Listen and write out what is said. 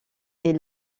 est